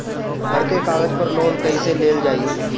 घर के कागज पर लोन कईसे लेल जाई?